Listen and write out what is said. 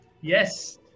Yes